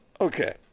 Okay